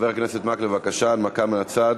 חבר הכנסת מקלב, בבקשה, הנמקה מהצד.